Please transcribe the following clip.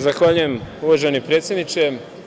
Zahvaljujem, uvaženi predsedniče.